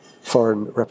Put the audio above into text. foreign